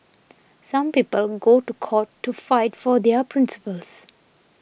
some people go to court to fight for their principles